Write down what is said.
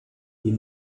die